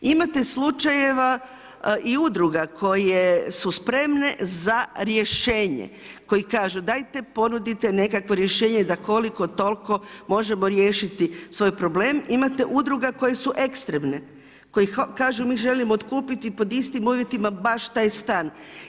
Imate slučajeva i udruga koje su spremne za rješenje koji kažu, dajte ponudite nekakvo rješenje da koliko toliko možemo riješiti svoj problem. imate udruga koje su ekstremne koje kažu, mi želimo otkupiti pod istim uvjetima baš taj stan.